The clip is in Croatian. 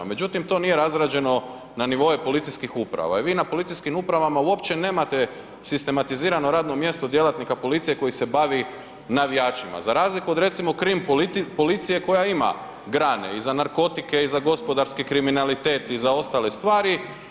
Međutim, to nije razrađeno na nivoe policijskih uprava i vi na policijskim upravama uopće nemate sistematizirano radno mjesto djelatnika policije koji se bavi navijačima za razliku od recimo krimpolicije koja ima grane i za narkotike, i za gospodarski kriminalitet, i za ostale stvari.